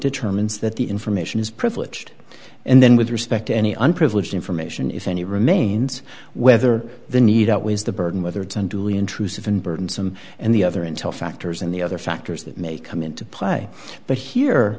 determine that the information is privileged and then with respect to any unprivileged information if any remains whether the need outweighs the burden whether it's unduly intrusive and burdensome and the other intel factors and the other factors that may come into play but here